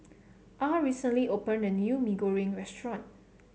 Ah recently opened a new Mee Goreng restaurant